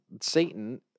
Satan